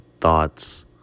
thoughts